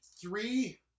three